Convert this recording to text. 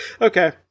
okay